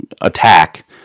attack